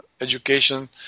education